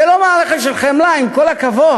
זה לא מערכת של חמלה, עם כל הכבוד.